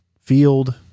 field